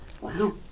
Wow